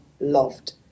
loved